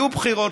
יהיו בחירות,